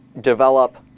develop